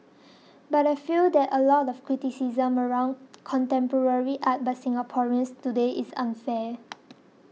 but I feel that a lot of the criticism around contemporary art by Singaporeans today is unfair